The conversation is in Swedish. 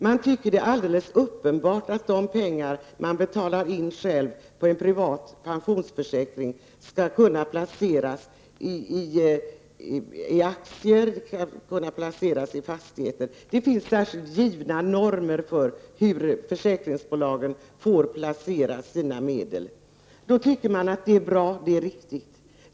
Man tycker att det är alldeles självklart att de pengar man själv betalar in på en privat pensionsförsäkring skall kunna placeras i aktier och fastigheter. Det finns normer för hur försäkringsbolagen får placera sina medel. Man tycker då att det är bra och riktigt.